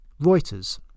reuters